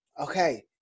okay